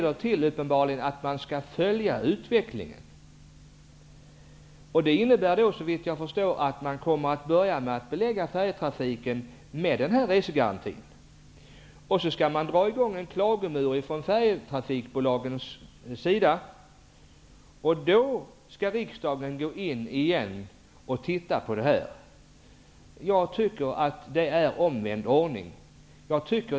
Den skall uppenbarligen leda till att man skall följa utvecklingen. Såvitt jag förstår innebär det att man kommer att börja med att belägga färjetrafiken med krav på resegaranti. Man skall också dra i gång en klagomur ifrån färjetrafikbolagens sida. Därefter skall riksdagen studera frågan igen. Jag tycker att det är en omvänd ordning.